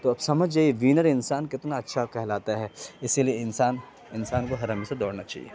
تو اب سمجھ جائیے وینر انسان کتنا اچھا کہلاتا ہے اسی لیے انسان انسان کو ہر ہمیشہ دوڑنا چاہیے